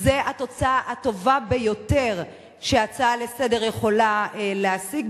זה התוצאה הטובה ביותר שהצעה לסדר-היום יכולה להשיג.